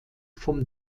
vom